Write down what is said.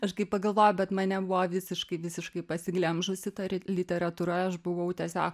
aš kai pagalvoju bet mane buvo visiškai visiškai pasiglemžusi tari literatūra aš buvau tiesiog